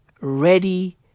ready